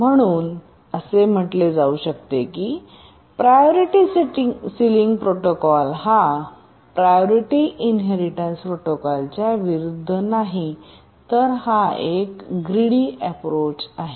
म्हणून असे म्हटले जाऊ शकते की प्रायोरिटी सिलींग प्रोटोकॉल हा प्रायोरिटीइनहेरिटेन्सप्रोटोकॉलच्या विरूद्ध नाही तर हा एक ग्रीडी अँप्रोच आहे